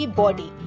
body